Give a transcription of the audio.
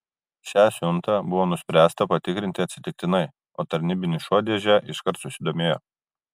šią siuntą buvo nuspręsta patikrinti atsitiktinai o tarnybinis šuo dėže iškart susidomėjo